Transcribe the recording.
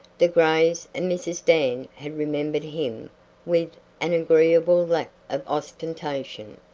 the grays and mrs. dan had remembered him with an agreeable lack of ostentation,